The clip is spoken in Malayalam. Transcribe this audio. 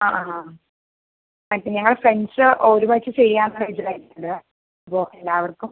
ആ ആ ആ മറ്റ് ഞങ്ങൾ ഫ്രണ്ട്സ് ഒരുമിച്ചു ചെയ്യാമെന്നാണ് വിചാരിക്കുന്നത് അപ്പോൾ എല്ലാവർക്കും